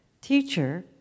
Teacher